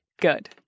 Good